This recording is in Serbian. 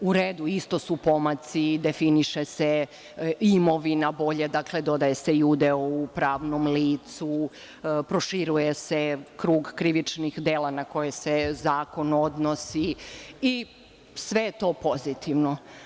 U redu, isto su pomaci, definiše se imovina bolje, dodaje se i udeo u pravnom licu, proširuje se krug krivičnih dela na koje se zakon odnosi i sve je to pozitivno.